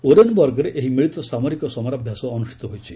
ଓରେନ୍ବର୍ଗରେ ଏହି ମିଳିତ ସାମରିକ ସମରାଭ୍ୟାସ ଅନୁଷ୍ଠିତ ହୋଇଛି